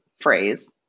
phrase